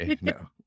No